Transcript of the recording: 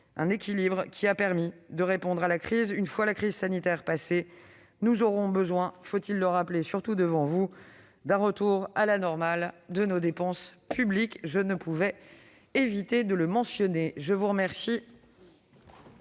l'équilibre qui a permis de répondre à la crise. Une fois la crise sanitaire passée, nous aurons besoin, faut-il le rappeler, surtout devant vous, d'un retour à la normale de nos dépenses publiques. Je ne pouvais éviter de le mentionner. La parole